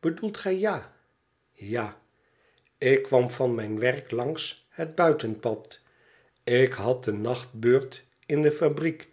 bedoelt gij ja tja t ik kwam van mijn werk langs het buitenpad ik had de nachtbeurt in de fabriek